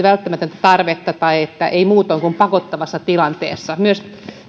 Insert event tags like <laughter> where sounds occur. <unintelligible> välttämätöntä tarvetta tai sitä että ei muutoin kuin pakottavassa tilanteessa myös